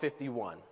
51